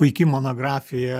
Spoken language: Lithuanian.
puiki monografija